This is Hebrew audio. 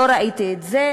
לא ראיתי את זה.